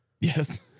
Yes